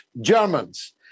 Germans